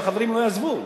כדי שהחברים לא יעזבו.